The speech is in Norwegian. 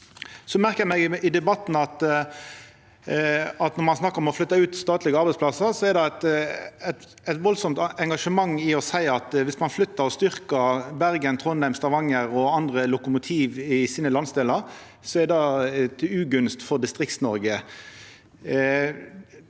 Eg merka meg i debatten at når ein snakkar om å flytta ut statlege arbeidsplassar, er det eit enormt engasjement i å seia at viss ein flyttar og styrkjer Bergen, Trondheim, Stavanger og andre lokomotiv i sine landsdelar, er det til ugunst for Distrikts-Noreg.